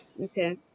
Okay